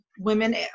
Women